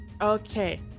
Okay